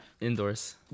Indoors